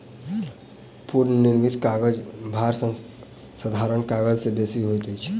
पुनःनिर्मित कागजक भार साधारण कागज से बेसी होइत अछि